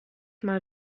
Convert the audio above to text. mal